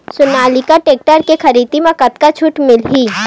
Sonalika tractor के खरीदी मा कतका छूट मीलही?